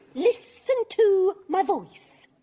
listen to my voice